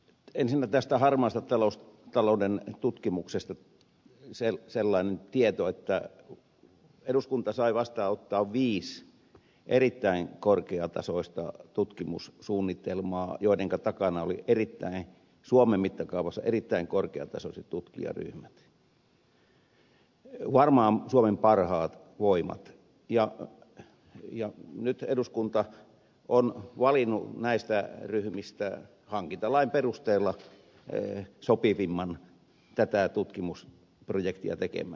ensinnä tästä harmaan talouden tutkimuksesta sellainen tieto että eduskunta sai vastaanottaa viisi erittäin korkeatasoista tutkimussuunnitelmaa joidenka takana oli suomen mittakaavassa erittäin korkeatasoiset tutkijaryhmät varmaan suomen parhaat voimat ja nyt eduskunta on valinnut näistä ryhmistä hankintalain perusteella sopivimman tätä tutkimusprojektia tekemään